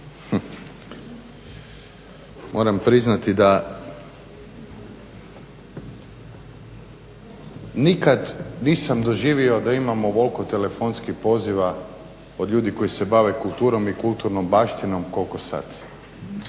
Moram priznati da nikada nisam doživio da imam ovoliko telefonskih poziva od ljudi koji se bave kulturom i kulturnom baštinom koliko sad.